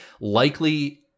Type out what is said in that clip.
likely